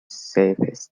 safest